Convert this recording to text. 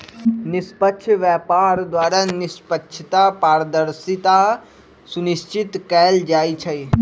निष्पक्ष व्यापार द्वारा निष्पक्षता, पारदर्शिता सुनिश्चित कएल जाइ छइ